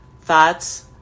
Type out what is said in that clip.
thoughts